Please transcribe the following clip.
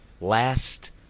last